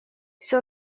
все